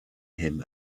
him